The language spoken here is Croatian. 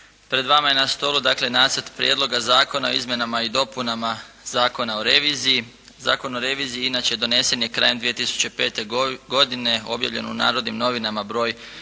Pred vama je na stolu, dakle nacrt Prijedloga zakona o izmjenama i dopunama Zakona o reviziji. Zakon o reviziji, inače donesen je krajem 2005. godine, objavljen u "Narodnim novinama" broj